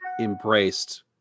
embraced